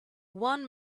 one